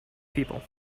people